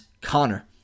Connor